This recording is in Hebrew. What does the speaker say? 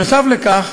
נוסף על כך